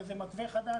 הרי זה מתווה חדש.